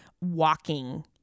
walking